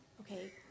okay